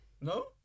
No